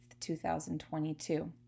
2022